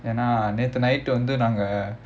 என்ன நேத்து:enna nethu night வந்து நாங்க:vanthu naanga